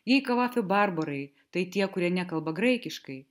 jei kavafio barbarai tai tie kurie nekalba graikiškai